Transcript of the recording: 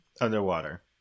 Underwater